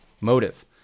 motive